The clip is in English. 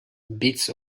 bits